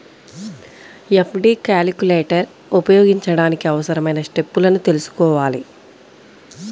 FD calculator ఉపయోగించడానికి అవసరమైన స్టెప్పులను తెల్సుకోవాలి